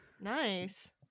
Nice